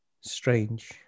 strange